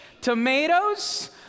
tomatoes